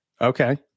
Okay